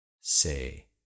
Say